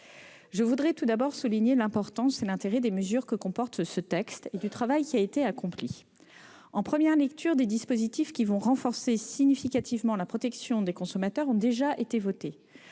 Je voudrais tout d'abord souligner l'importance et l'intérêt des mesures que comporte ce texte et du travail qui a été accompli. En première lecture, des dispositifs visant à renforcer significativement la protection des consommateurs ont déjà été votés